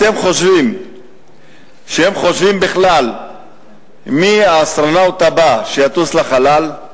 אתם חושבים שהם חושבים בכלל מי האסטרונאוט הבא שיטוס לחלל?